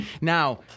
Now